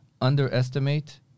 underestimate